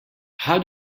how